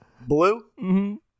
Blue